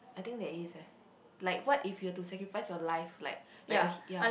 I think that is eh like what if you were to sacrifice your life like like a ya